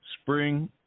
Spring